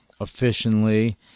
efficiently